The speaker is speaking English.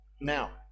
now